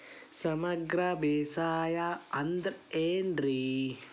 ಸಮಗ್ರ ಬೇಸಾಯ ಅಂದ್ರ ಏನ್ ರೇ?